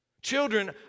Children